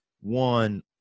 one